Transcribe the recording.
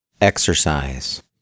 Exercise